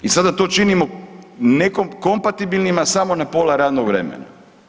I sad da to činimo nekom kompatibilnima samo na pola radnog vremena.